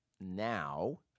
Now